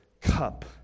cup